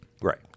Right